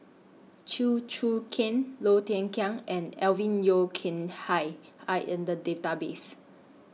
Chew Choo Keng Low Thia Khiang and Alvin Yeo Khirn Hai Are in The Database